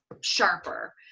sharper